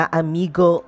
amigo